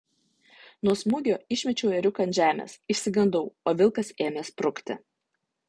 nuo smūgio išmečiau ėriuką ant žemės išsigandau o vilkas ėmė sprukti